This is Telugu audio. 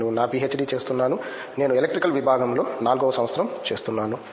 నేను నా పీహెచ్డీ చేస్తున్నాను నేను ఎలక్ట్రికల్ విభాగం లో 4 వ సంవత్సరం చేస్తున్నాను